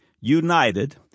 united